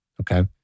Okay